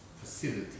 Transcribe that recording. facility